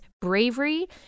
Bravery